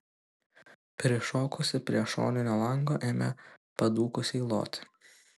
prišokusi prie šoninio lango ėmė padūkusiai loti